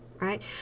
right